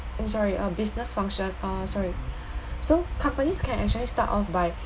I'm sorry uh business function uh sorry so companies can actually start off by